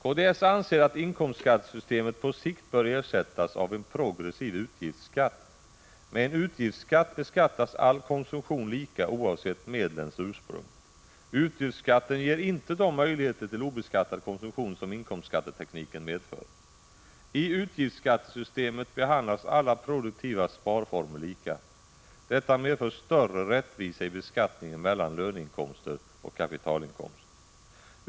Kds anser att inkomstskattesystemet på sikt bör ersättas av en progressiv utgiftsskatt. Med en utgiftsskatt beskattas all konsumtion lika oavsett medlens ursprung. Utgiftsskatten ger inte de möjligheter till obekattad konsumtion som inkomstskattetekniken medför. I utgiftsskattesystemet behandlas alla produktiva sparformer lika. Detta medför större rättvisa i beskattningen mellan löneinkomster och kapitalinkomster.